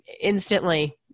instantly